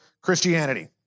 Christianity